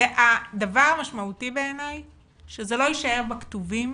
הדבר המשמעותי בעיני שזה לא יישאר בכתובים